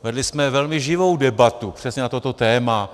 Vedli jsme velmi živou debatu přesně na toto téma.